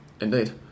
Indeed